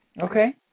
Okay